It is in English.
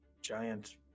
Giant